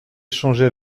échanger